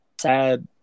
sad